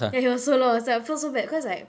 ya he was so lost and I felt so bad because like